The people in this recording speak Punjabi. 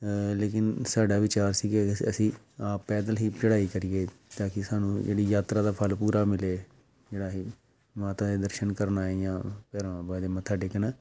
ਲੇਕਿਨ ਸਾਡਾ ਵਿਚਾਰ ਸੀ ਕਿ ਅ ਅਸੀਂ ਆਪ ਪੈਦਲ ਹੀ ਚੜ੍ਹਾਈ ਚੜੀਏ ਤਾਂ ਕਿ ਸਾਨੂੰ ਜਿਹੜੀ ਯਾਤਰਾ ਦਾ ਫ਼ਲ ਪੂਰਾ ਮਿਲੇ ਜਿਹੜਾ ਇਹ ਮਾਤਾ ਦੇ ਦਰਸ਼ਨ ਕਰਨ ਆਏ ਹਾਂ ਭੈਰੋਂ ਬਾਬਾ ਦੇ ਮੱਥਾ ਟੇਕਣ